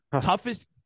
toughest